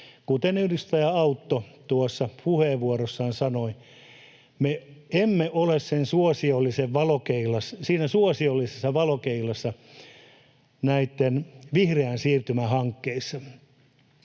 Kuten edustaja Autto puheenvuorossaan sanoi, me emme ole suosiollisessa valokeilassa näissä vihreän siirtymän hankkeissa.